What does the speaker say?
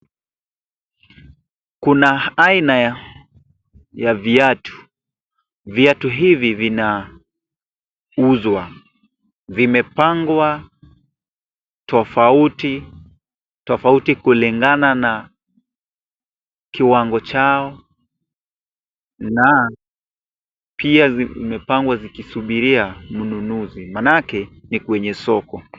Kuna aina ya viatu, viatu hivi vinauzwa, vimepangwa tofauti tofauti kulingana na kiwango chao na pia zimepangwa zikisubiria mnunuzi ,maanake ni kwenye soko.